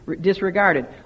disregarded